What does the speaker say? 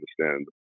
understand